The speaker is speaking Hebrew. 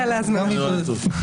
לוחות הזמנים כולם מוכתבים לפי חוק,